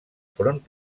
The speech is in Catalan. front